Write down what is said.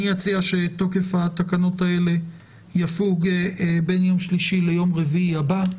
אני מציע שתוקף התקנות האלה יפוג בין יום שלישי ליום רביעי הבא.